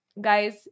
Guys